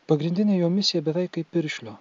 pagrindinė jo misija beveik kaip piršlio